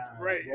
right